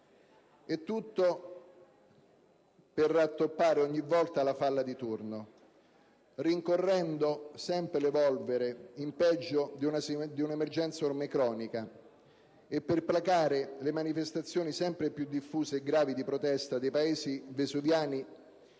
Tutto per rattoppare ogni volta la falla di turno, rincorrendo sempre l'evolvere in peggio di un'emergenza ormai cronica, e per placare le manifestazioni sempre più diffuse e gravi di protesta dei paesi vesuviani